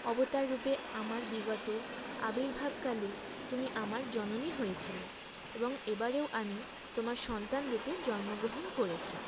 অবতার রূপে আমার বিগত আবির্ভাবকালে তুমি আমার জননী হয়েছিলে এবং এবারও আমি তোমার সন্তান রূপে জন্মগ্রহণ করেছি